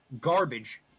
garbage